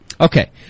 Okay